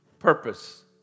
purpose